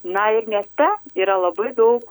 na ir mieste yra labai daug